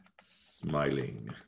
smiling